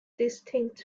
distinct